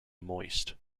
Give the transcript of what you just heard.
moist